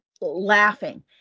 laughing